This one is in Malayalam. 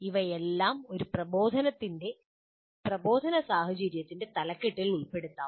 ഇവയെല്ലാം ഒരു പ്രബോധന സാഹചര്യത്തിന്റെ തലക്കെട്ടിൽ ഉൾപ്പെടുത്താം